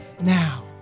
now